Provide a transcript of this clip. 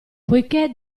poiché